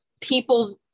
people